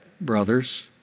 brothers